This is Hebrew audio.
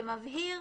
שמבהיר